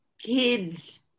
kids